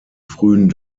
frühen